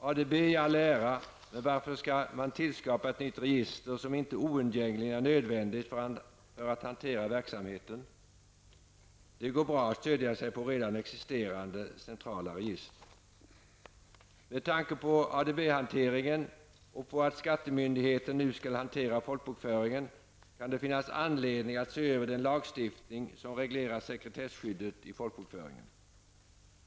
ADB i all ära, men varför skall man tillskapa ett nytt register som inte oundgängligen är nödvändigt för att hantera verksamheten? Det går bra att stödja sig på redan existerande centrala register. Med tanke på ADB-hanteringen och på att skattemyndigheten nu skall hantera folkbokföringen kan det finnas anledning att se över den lagstiftning som reglerar sekretesskyddet i folkbokföringen.